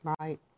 Right